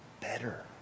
better